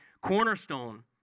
cornerstone